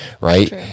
right